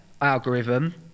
algorithm